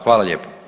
Hvala lijepo.